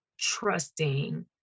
trusting